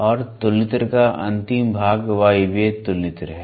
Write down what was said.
और तुलनित्र का अंतिम भाग वायवीय तुलनित्र है